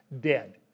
dead